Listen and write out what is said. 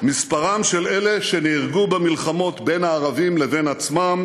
"מספרם של אלה שנהרגו במלחמות בין הערבים לבין עצמם